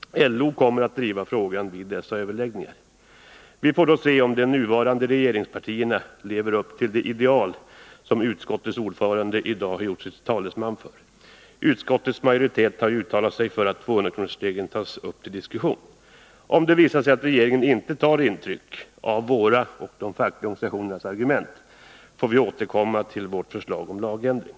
LO kommer att driva frågan vid dessa överläggningar. Vi får då se om de nuvarande regeringspartierna lever upp till de ideal som utskottets ordförande i dag gjort sig till talesman för. Utskottets majoritet har ju uttalat sig för att 200-kronorsregeln tas upp till diskussion. Om det visar sig att regeringen inte tar intryck av våra och de fackliga organisationernas argument får vi återkomma till vårt förslag Nr 34 om lagändring.